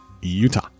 Utah